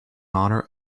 honour